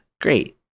great